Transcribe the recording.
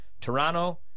Toronto